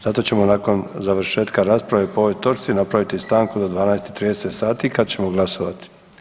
Zato ćemo nakon završetka rasprave po ovoj točci napraviti stanku do 12,30 sati kada ćemo glasovati.